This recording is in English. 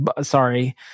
sorry